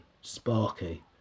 Sparky